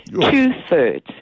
Two-thirds